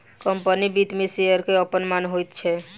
company वित्त मे शेयरक अपन मान होइत छै